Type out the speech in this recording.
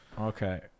Okay